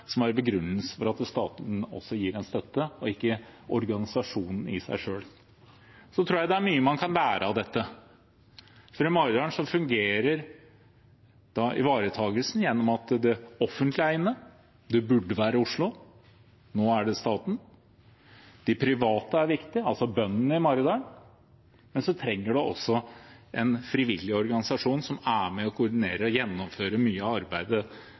som er begrunnelsen for at staten gir en støtte, og ikke organisasjonen i seg selv. Jeg tror det er mye man kan lære av dette. I Maridalen fungerer ivaretakelsen gjennom at det offentlige er inne. Det burde være Oslo; nå er det staten. De private er viktige, altså bøndene i Maridalen, men så trengs det også en frivillig organisasjon som er med på å koordinere og gjennomføre mye av arbeidet